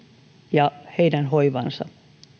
ja heidän hoivaansa